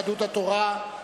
יהדות התורה,